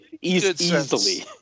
Easily